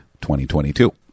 2022